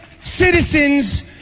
citizens